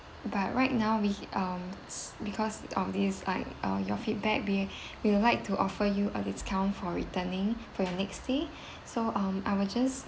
but right now we um because on these like uh your feedback we we would like to offer you a discount for returning for your next stay so um I will just